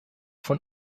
von